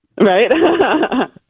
Right